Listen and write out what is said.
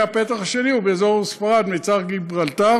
והפתח השני הוא באזור ספרד, מצר גיברלטר.